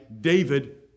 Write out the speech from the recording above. David